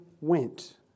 went